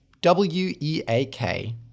W-E-A-K